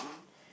in